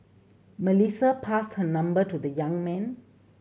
Melissa passed her number to the young man